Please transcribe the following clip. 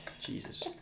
Jesus